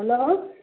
hello